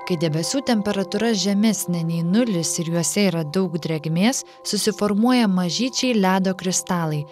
kai debesų temperatūra žemesnė nei nulis ir juose yra daug drėgmės susiformuoja mažyčiai ledo kristalai